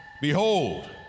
Behold